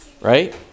right